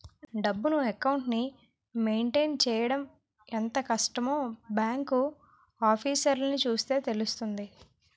డబ్బును, అకౌంట్లని మెయింటైన్ చెయ్యడం ఎంత కష్టమో బాంకు ఆఫీసర్లని చూస్తే తెలుస్తుంది